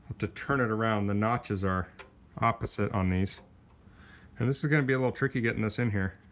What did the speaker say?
to turn it around the notches are opposite on these and this is gonna be a little tricky getting this in here.